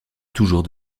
toujours